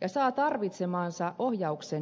ja saa tarvitsemansa ohjauksen ja tuen